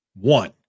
One